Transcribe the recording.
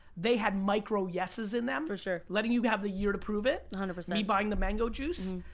they had micro-yes's in them. for sure. letting you have the year to prove it. a hundred percent. me buying the mango juice.